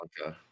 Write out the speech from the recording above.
Okay